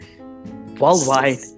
worldwide